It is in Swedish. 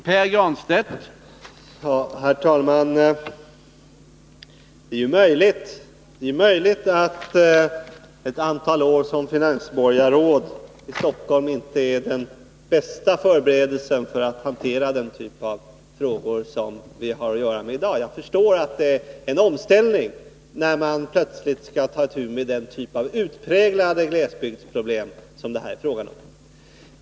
Herr talman! Det är möjligt att ett antal år som finansborgarråd i Stockholm inte är den bästa förberedelsen för att hantera den typ av frågor som vi har att göra med i dag. Jag förstår att det är en omställning när man plötsligt skall ta itu med den typ av utpräglade glesbygdsproblem som det här är fråga om.